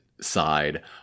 side